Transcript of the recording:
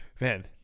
Man